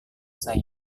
saya